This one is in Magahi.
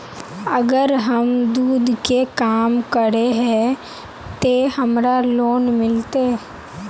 अगर हम दूध के काम करे है ते हमरा लोन मिलते?